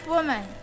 Woman